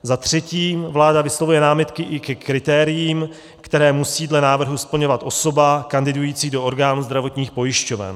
Za třetí, vláda vyslovuje námitky i ke kritériím, která musí dle návrhu splňovat osoba kandidující do orgánů zdravotních pojišťoven.